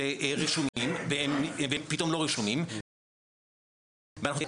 שרשומים והם פתאום לא רשומים ואנחנו צריכים